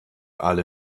alle